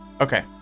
okay